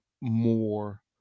more